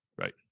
Right